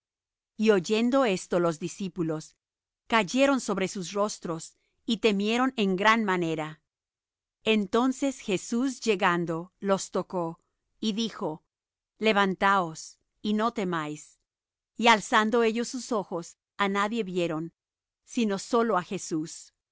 y oyendo esto los discípulos cayeron sobre sus rostros y temieron en gran manera entonces jesús llegando los tocó y dijo levantaos y no temáis y alzando ellos sus ojos á nadie vieron sino á solo jesús